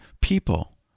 people